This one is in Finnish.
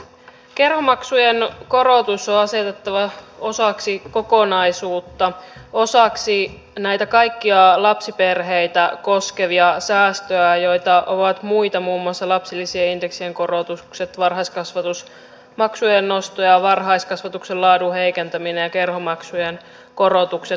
kerhomaksujen korotus on asetettava osaksi kokonaisuutta osaksi näitä kaikkia lapsiperheitä koskevia säästöjä joita muita ovat muun muassa lapsilisien indeksien korotukset varhaiskasvatus maksujen nosto ja varhaiskasvatuksen laadun heikentäminen ja kerhomaksujen korotukset